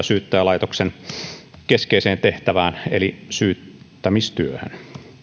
syyttäjälaitoksen keskeiseen tehtävään eli syyttämistyöhön